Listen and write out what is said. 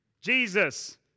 Jesus